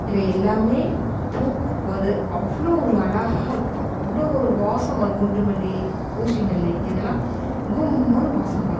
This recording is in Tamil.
இவை எல்லாமே பூக்கும் போது அவ்வளோ ஒரு அழகாக இருக்கும் அவ்வளோ ஒரு வாசம் வரும் குண்டு மல்லி ஊசி மல்லி இதெல்லாம் கும்முன்னு வாசம் வரும்